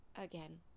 Again